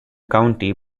county